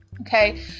Okay